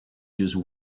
use